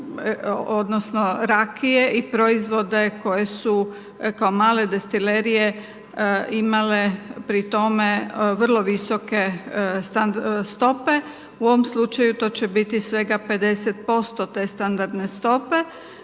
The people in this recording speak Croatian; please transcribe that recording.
odnosno rakije i proizvode koji su kao male destilerije imale pri tome vrlo visoke stope. U ovom slučaju to će biti svega 50 posto te standardne stope